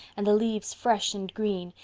and the leaves fresh and green,